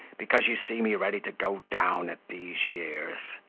because you see me ready to go down at these years.